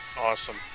Awesome